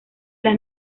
las